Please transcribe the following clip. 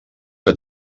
que